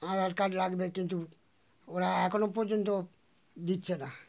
আধার card লাগবে কিন্তু ওরা এখনো পর্যন্ত দিচ্ছে না